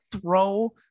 throw